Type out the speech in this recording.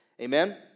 Amen